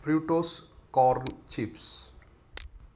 Fritos corn chips